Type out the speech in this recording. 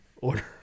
order